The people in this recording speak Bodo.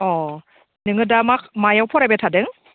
अ नोङो दा मा मायाव फरायबाय थादों